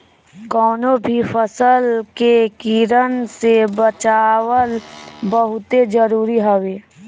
कवनो भी फसल के कीड़न से बचावल बहुते जरुरी हवे